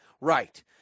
right